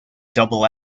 double